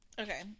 Okay